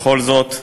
בכל זאת,